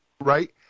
right